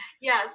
Yes